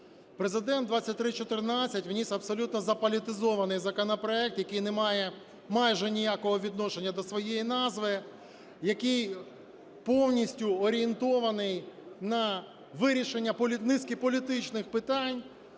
Президент в 2314 вніс абсолютно заполітизований законопроект, який не має майже ніякого відношення до своєї назви, який повністю орієнтований на вирішення низки політичних питань